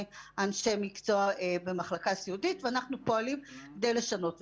אנשי מקצוע במחלקה סיעודית ואנחנו פועלים כדי לשנות את זה.